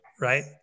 Right